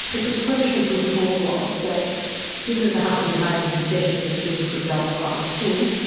the conclusion from the court was that given that the husband had made the concession that the children could go to private school,